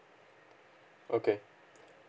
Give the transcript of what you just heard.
okay